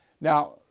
Now